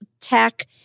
tech